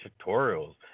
tutorials